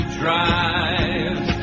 drive